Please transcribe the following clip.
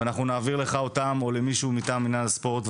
נעביר לך אותם, או למישהו מטעם מינהל הספורט,